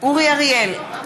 אורי אריאל,